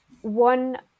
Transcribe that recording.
one